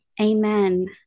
Amen